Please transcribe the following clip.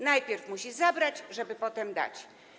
Najpierw musi zabrać, żeby potem dać.